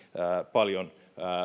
paljon